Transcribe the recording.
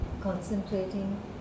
concentrating